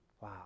Wow